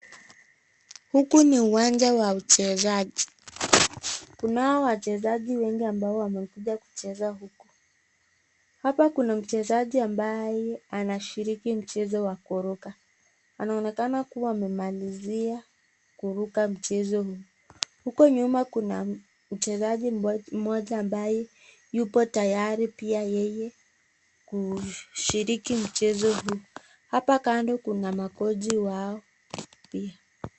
Huku ni uwanja wa uchezaji. Kunao wachezaji wengi ambao wamekuja kucheza huku. Hapa kuna mchezaji ambaye anashiriki mchezo wa kuruka. Anaonekana kua amemalizia kuruka mchezo huu. Huko nyuma kuna mchezaji mmoja ambaye yupo tayari pia yeye kushiriki mchezo huu. Hapa kando kuna makochi wao pia.